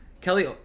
Kelly